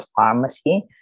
pharmacy